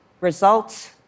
results